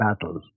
battles